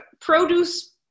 produce